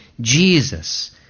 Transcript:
jesus